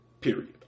Period